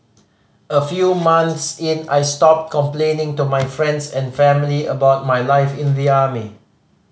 a few months in I stopped complaining to my friends and family about my life in the army